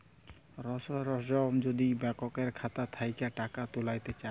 রজ রজ যদি ব্যাংকের খাতা থ্যাইকে টাকা ত্যুইলতে চায়